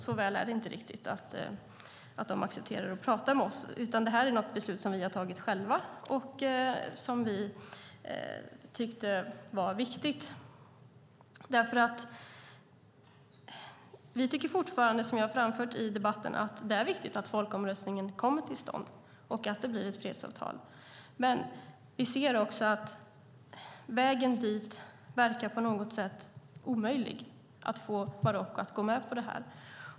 Så väl är det inte riktigt att de accepterar att prata med oss. Det här är ett beslut som vi har tagit själva och som vi tyckte var viktigt. Vi tycker fortfarande, som jag har framfört i debatten, att det är viktigt att folkomröstningen kommer till stånd och att det blir ett fredsavtal. Men vi ser också att det på vägen dit verkar på något sätt omöjligt att få Marocko att gå med på det här.